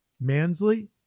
Mansley